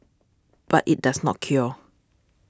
but it does not cure